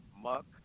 Muck